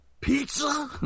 Pizza